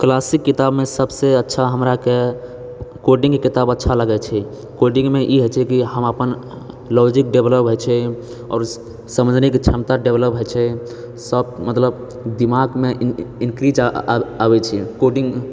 classic किताबमे सबसँ अच्छा हमराके कोडिङ्गके किताब अच्छा लगै छै कोडिङ्गमे ई होइ छै कि हम अपन लॉजिक डेवलप होइ छै आओर समझनेके छमता डेवलप होइ छै सब मतलब दिमागमे इनक्रीज आबै छै कोडिङ्ग